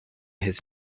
his